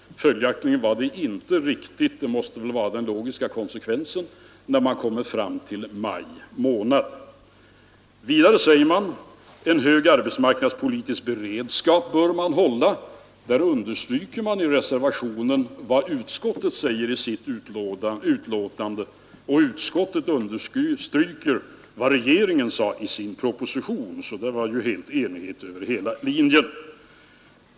Följaktligen var det inte riktigt — det måste vara den logiska konsekvensen — när man kom fram till maj månad. Vidare anför reservanterna att man bör hålla en hög arbetsmarknadspolitisk beredskap. Där underströk reservanterna vad utskottet anförde i sitt betänkande, och utskottet underströk vad regeringen sade i sin proposition. Det rådde alltså enighet över hela linjen.